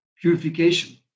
purification